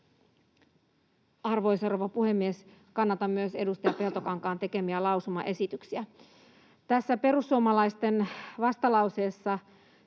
Arvoisa rouva puhemies! Kannatan myös edustaja Peltokankaan tekemiä lausumaesityksiä. Tässä perussuomalaisten vastalauseessa